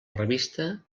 revista